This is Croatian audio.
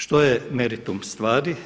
Što je meritum stvari?